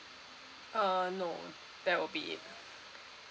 uh no that will be it